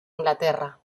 inglaterra